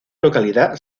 localidad